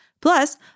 Plus